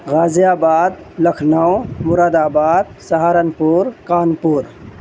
غازی آباد لکھنؤ مراد آباد سہارنپور کانپور